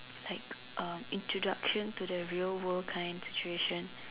like um introduction to the real world kind situation